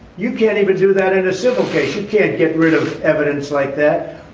you can't even do that in a civil case you can't get rid of evidence like that.